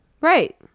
Right